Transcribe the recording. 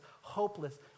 hopeless